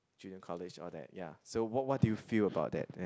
Junior College all that ya so what what do you feel about that ya